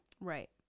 Right